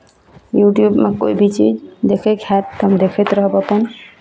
यूट्यूबमे कोइ भी चीज देखैके हएत तऽ हम देखैत रहब अपन